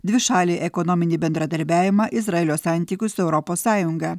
dvišalį ekonominį bendradarbiavimą izraelio santykius su europos sąjunga